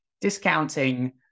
discounting